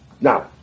Now